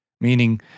Meaning